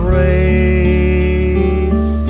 race